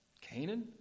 Canaan